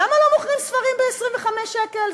למה לא מוכרים ספרים ב-25 שקל?